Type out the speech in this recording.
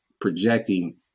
projecting